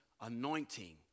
anointing